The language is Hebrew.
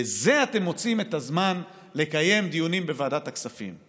לזה אתם מוצאים את הזמן לקיים דיונים בוועדת הכספים.